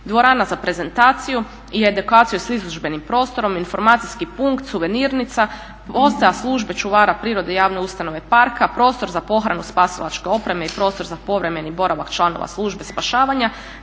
dvorana za prezentaciju i edukaciju s izložbenim prostorom, informacijski punkt, suvenirnica, postaja službe čuvara prirode javne ustanove parka, prostor za pohranu spasilačke opreme i prostor za povremeni boravak članova Službe spašavanje,